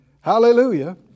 Hallelujah